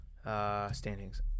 Standings